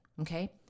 Okay